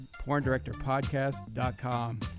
Porndirectorpodcast.com